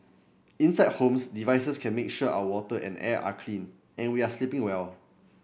inside homes devices can make sure our water and air are clean and we are sleeping well